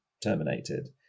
terminated